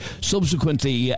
subsequently